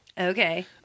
okay